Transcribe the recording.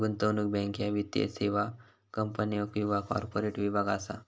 गुंतवणूक बँक ह्या वित्तीय सेवा कंपन्यो किंवा कॉर्पोरेट विभाग असा